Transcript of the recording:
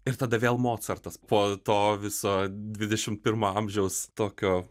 ir tada vėl mocartas po to viso dvidešimt pirmo amžiaus tokio